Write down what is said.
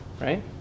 right